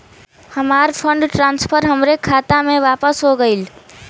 हमार fund transfer हमरे खाता मे वापस हो गईल